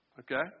Okay